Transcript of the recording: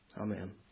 Amen